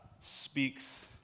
speaks